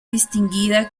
distinguida